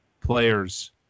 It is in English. players